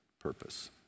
purpose